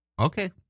Okay